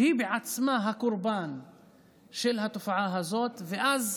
שהיא בעצמה הקורבן של התופעה הזאת, ואז